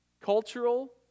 cultural